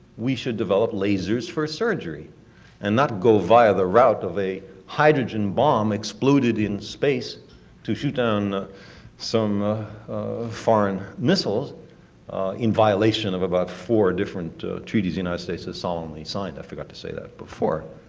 we should develop lasers for surgery and not go via the route of a hydrogen bomb exploded in space to shoot down some foreign missiles in violation of about four different treaties the united states have ah solemnly signed, i forgot to say that before.